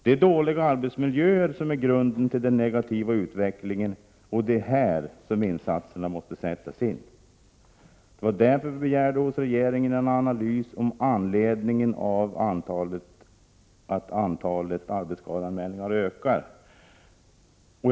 Det är dåliga arbetsmiljöer som är grunden till den negativa utvecklingen, och det är därför som insatserna måste sättas in på detta område. Därför begärde vi hos regeringen en analys om anledningen till att arbetsskadeanmälningarnas antal ökar.